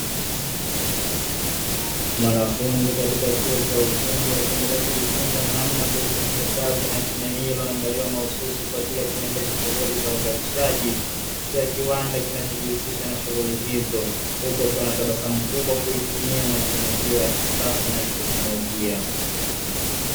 Mwanafunzi katika chuo cha ufundi akiendelea kujifunza namna ya kuifanyisha kazi mashine hiyo iliyoandaliwa mahususi kwa ajili ya kuendesha shughuli za uzalishaji, katika kiwanda kinachojihusisha na shughuli hizo, huku akiwa anatabasamu kubwa kuitumia mashine hiyo ya kisasa na teknolojia.